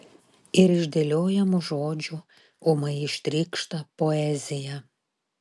ir iš dėliojamų žodžių ūmai ištrykšta poezija